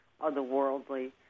otherworldly